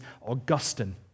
Augustine